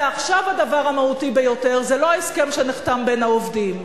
ועכשיו הדבר המהותי ביותר: זה לא ההסכם שנחתם בין העובדים.